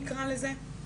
נקרא לזה.